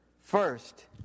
First